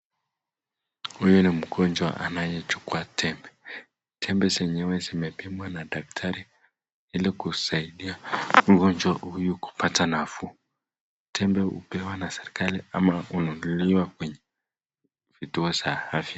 Huyu ni mgonjwa anayechukua tembe. Tembe zenyewe zimepimwa na daktari ili kusaidia mgonjwa huyu kupata nafuu. Tembe hupewa na serikali ama hununuliwa kwenye vituo za afya.